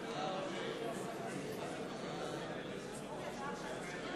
מצביע זאב בנימין בגין, מצביע